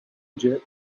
egypt